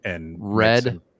Red